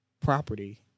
property